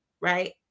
right